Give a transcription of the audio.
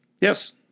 Yes